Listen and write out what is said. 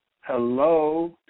hello